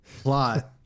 Plot